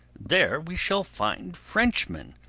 there we shall find frenchmen,